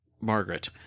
Margaret